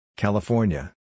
California